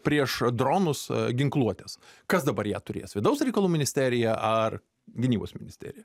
prieš dronus ginkluotės kas dabar ją turės vidaus reikalų ministerija ar gynybos ministerija